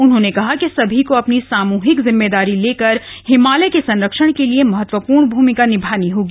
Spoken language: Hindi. उन्होंने कहा कि सभी को अपनी सामूहिक जिम्मेदारी लेकर हिमालय के संरक्षण के लिए महत्वपूर्ण भूमिका निभानी होगी